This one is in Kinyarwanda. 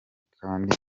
kandi